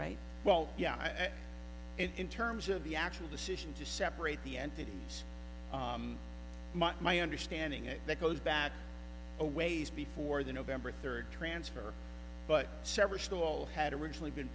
right well yeah in terms of the actual decision to separate the entity is my understanding it that goes back a ways before the november third transfer but severstal had originally been